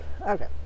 Okay